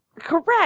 Correct